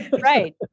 Right